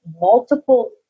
multiple